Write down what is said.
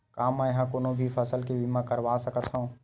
का मै ह कोनो भी फसल के बीमा करवा सकत हव?